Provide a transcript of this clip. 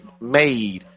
made